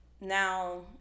Now